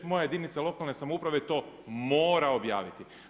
Moja jedinica lokalne samouprave to mora objaviti.